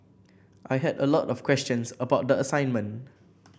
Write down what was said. I had a lot of questions about the assignment